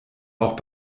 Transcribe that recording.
auch